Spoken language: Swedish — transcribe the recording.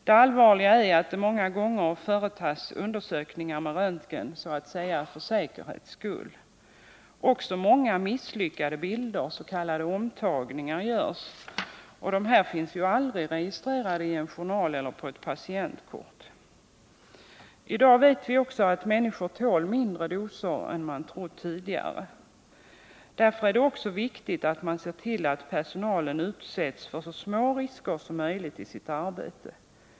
Det allvarliga är att det många gånger företas undersökningar med röntgen så att säga för säkerhets skull. Det blir också många misslyckade bilder, s.k. omtagningar görs. Dessa finns aldrig registrerade i en journal eller på ett patientkort. I dag vet vi också att människor tål mindre doser än man trott tidigare. Därför är det viktigt att man ser till att personal utsätts för så små risker som möjligt i sitt arbete.